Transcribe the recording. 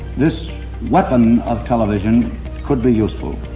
this weapon of television could be useful.